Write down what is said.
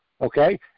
okay